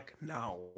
now